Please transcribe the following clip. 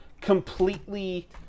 completely